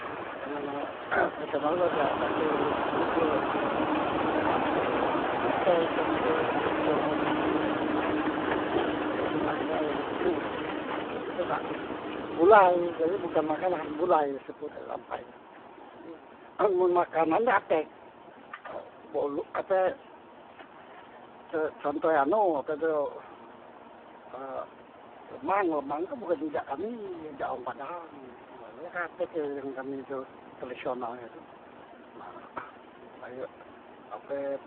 Ha makanan tradisional tu la ape tadi di sebot ke yang depan tadi, dak tek kami tu yang tradisional nia tu, karne sayor ampai tula yang mak dosak gulai jadi bukan makanan, gulai sebut e sayor ampai tu, nah jadi mun makanan dak tek bol ape contoh e anu ee apetu lemang, lemang kan bukan jak kami, jak wong padang, katek e yang kami tu yang tradisional e tu, nah kaye ape